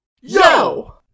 Yo